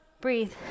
Breathe